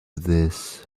this